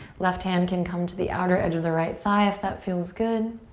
left hand can come to the outer edge of the right thigh if that feels good.